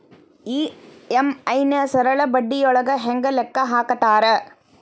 EMI ನ ಸರಳ ಬಡ್ಡಿಯೊಳಗ ಹೆಂಗ ಲೆಕ್ಕ ಹಾಕತಾರಾ